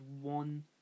one